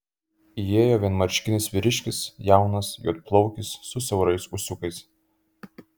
įėjo vienmarškinis vyriškis jaunas juodplaukis su siaurais ūsiukais